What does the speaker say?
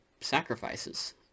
sacrifices